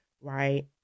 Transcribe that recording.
right